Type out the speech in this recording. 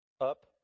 up